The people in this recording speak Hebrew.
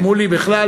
שמולי בכלל.